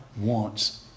wants